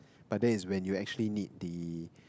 but then is when you actually need the